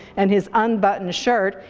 and his unbuttoned shirt,